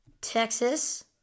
Texas